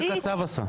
כמו שקצב עשה.